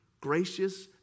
gracious